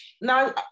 Now